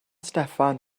steffan